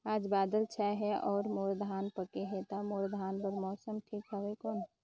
आज बादल छाय हे अउर मोर धान पके हे ता मोर धान बार मौसम ठीक हवय कौन?